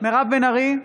מירב בן ארי,